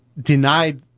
denied